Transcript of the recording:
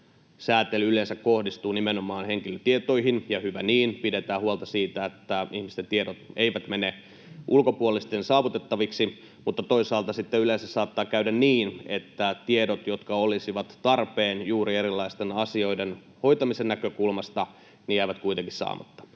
säätely kohdistuu yleensä nimenomaan henkilötietoihin — ja hyvä niin, pidetään huolta siitä, että ihmisten tiedot eivät mene ulkopuolisten saavutettaviksi — mutta toisaalta sitten yleensä saattaa käydä niin, että tiedot, jotka olisivat tarpeen juuri erilaisten asioiden hoitamisen näkökulmasta, jäävät kuitenkin saamatta.